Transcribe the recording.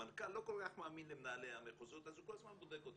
המנכ"ל לא כל כך מאמין למנהלי המחוזות אז הוא כל הזמן בודק אותם,